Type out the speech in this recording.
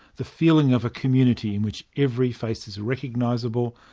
the feeling of a community in which every face is recognisable,